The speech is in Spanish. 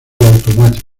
automático